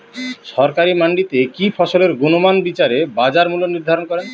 সরকারি মান্ডিতে কি ফসলের গুনগতমান বিচারে বাজার মূল্য নির্ধারণ করেন?